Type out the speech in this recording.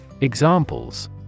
Examples